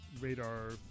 radar